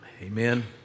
Amen